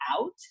out